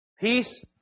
Peace